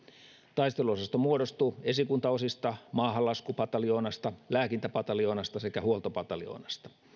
taisteluosasto muodostuu esikuntaosista maahanlaskupataljoonasta lääkintäpataljoonasta sekä huoltopataljoonasta